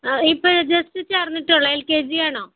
ആ ഇപ്പം ജസ്റ്റ് ചേർന്നിട്ടേ ഉള്ളോ എൽ കെ ജി ആണോ